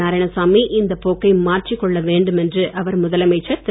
நாராயணசாமி இந்த போக்கை மாற்றிக் கொள்ள வேண்டும் என்று அவர் முதலமைச்சர் திரு